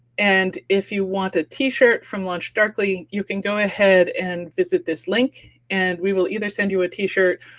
and, if you want a t-shirt from launchdarkly, you can go ahead and visit this link, and we will either send you a t-shirt,